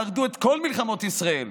שרדו את כל מלחמות ישראל,